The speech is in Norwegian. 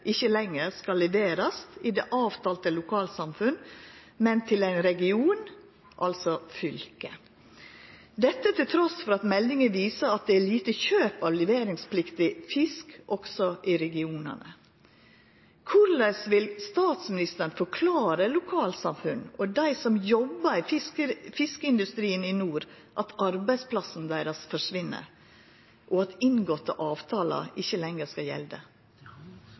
ikkje lenger skal leverast i det avtalte lokalsamfunn, men til ein region, altså fylket, trass i at meldinga viser at det er lite kjøp av leveringspliktig fisk også i regionane. Korleis vil statsministaren forklara lokalsamfunn og dei som jobbar i fiskeindustrien i nord, at arbeidsplassen deira forsvinn, og at inngåtte avtalar ikkje lenger skal